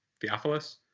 Theophilus